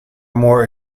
more